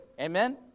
Amen